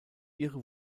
ihre